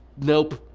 nope.